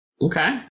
Okay